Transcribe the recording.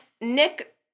Nick